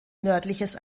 nördliches